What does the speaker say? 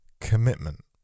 commitment